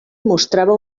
mostrava